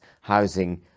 housing